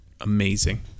amazing